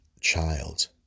child